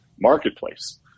marketplace